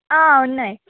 ఉన్నాయి